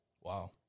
Wow